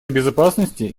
безопасности